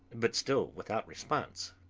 but still without response.